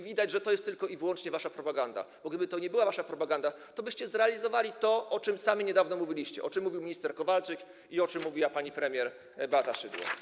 Widać, że to jest tylko i wyłącznie wasza propaganda, bo gdyby to nie była wasza propaganda, tobyście zrealizowali to, o czym sami niedawno mówiliście, o czym mówił minister Kowalczyk i o czym mówiła pani premier Beata Szydło.